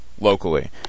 locally